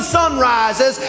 sunrises